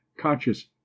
conscious